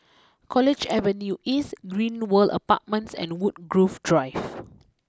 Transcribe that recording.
College Avenue East Great World Apartments and Woodgrove Drive